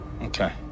Okay